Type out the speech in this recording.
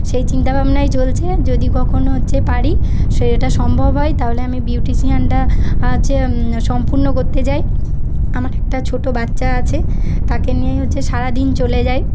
সেই চিন্তাভাবনাই চলছে যদি কখনও হচ্ছে পারি সেটা সম্ভব হয় তাহলে আমি বিউটিশীয়ানটা সম্পূর্ণ করতে চাই আমার একটা ছোট বাচ্ছা আছে তাকে নিয়েই হচ্ছে সারাদিন চলে যায়